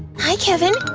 hi, kevin!